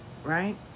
Right